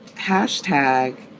hashtag